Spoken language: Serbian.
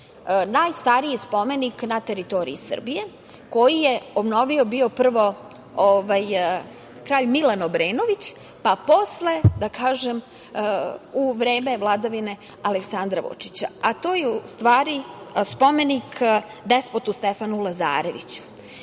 najstariji spomenik na teritoriji Srbije koji je obnovio bio prvo kralj Milan Obrenović, pa posle u vreme vladavine Aleksandra Vučića, a to je u stvari spomenik despotu Stefanu Lazareviću